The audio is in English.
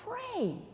pray